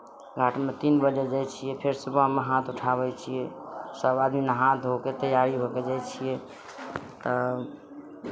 घाटमे तीन बजे जाइ छियै फेर सुबहमे हाथ उठाबै छियै सभ आदमी नहा धो कऽ तैयारी हो कऽ जाइ छियै तब